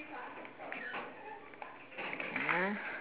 wait ah